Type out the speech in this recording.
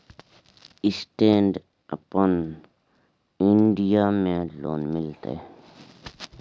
Stand up India में loan मिलते?